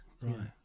Right